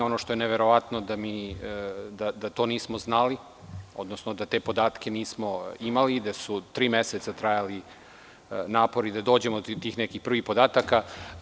Ono što je neverovatno je da to nismo znali, odnosno da te podatke nismo imali i da su tri meseca trajali napori da dođemo do prvih podataka.